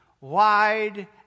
Wide